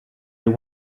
they